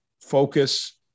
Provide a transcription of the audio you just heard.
focus